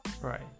right